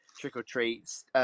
trick-or-treats